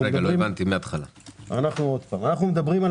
כלומר אנו מדברים על